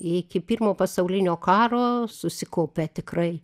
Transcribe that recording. iki pirmo pasaulinio karo susikaupia tikrai